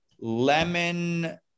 lemon